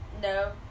No